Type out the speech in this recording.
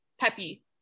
peppy